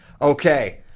Okay